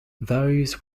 those